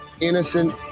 innocent